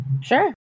Sure